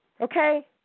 Okay